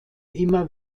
immer